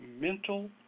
mental